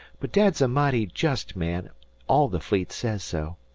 but dad's a mighty jest man all the fleet says so.